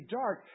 dark